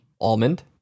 Almond